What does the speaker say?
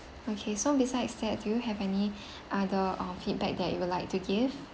okay so besides that do you have any other uh feedback that you would like to give